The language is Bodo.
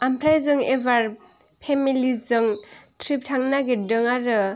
ओमफ्राय जों एबार फेमिलिजों ट्रिप थांनो नागिरदों आरो